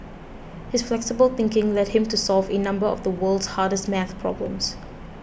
his flexible thinking led him to solve a number of the world's hardest math problems